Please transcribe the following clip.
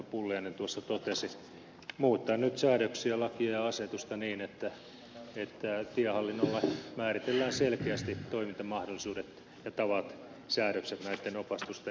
pulliainen totesi muuttaa nyt säädöksiä lakia ja asetusta niin että tiehallinnolle määritellään selkeästi toimintamahdollisuudet tavat ja säädökset näitten tienvarsiopastuksien osalta